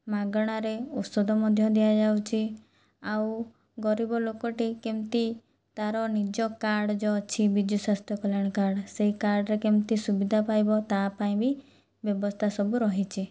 ମାଗଣାରେ ଔଷଧ ମଧ୍ୟ ଦିଆଯାଉଛି ଆଉ ଗରିବ ଲୋକଟି କେମିତି ତାର ନିଜ କାର୍ଡ଼ ଯେଉଁ ଅଛି ବିଜୁ ସ୍ୱାସ୍ଥ୍ୟ କଲ୍ୟାଣ କାର୍ଡ଼ ସେଇ କାର୍ଡ଼ରେ କେମିତି ସୁବିଧା ପାଇବ ତା ପାଇଁ ବି ବ୍ୟବସ୍ଥା ସବୁ ରହିଛି